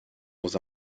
dans